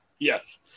Yes